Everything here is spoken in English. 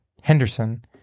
Henderson